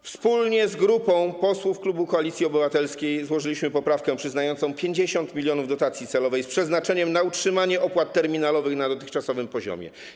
Wspólnie z grupą posłów klubu Koalicji Obywatelskiej złożyliśmy poprawkę przyznającą 50 mln dotacji celowej z przeznaczeniem na utrzymanie opłat terminalowych na dotychczasowym poziomie.